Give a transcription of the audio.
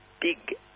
big